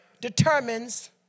determines